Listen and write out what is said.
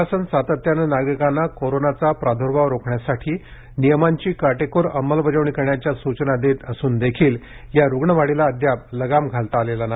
प्रशासन सातत्याने नागरिकांना कोरोनाचा प्रादुर्भाव रोखण्यासाठी नियमांची काटेकोर अंमलबजावणी करण्याच्या सूचना देत असूनदेखील या रुग्णवाढीला अद्याप लगाम घालता आलेला नाही